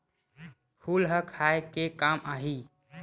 फूल ह खाये के काम आही?